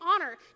honor